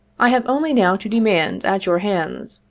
i have only now to demand, at your hands,